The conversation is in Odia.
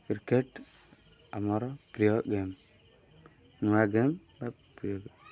କ୍ରିକେଟ୍ ଆମର ପ୍ରିୟ ଗେମ୍ ନୂଆ ଗେମ୍ ବା ପ୍ରିୟ ଗେମ୍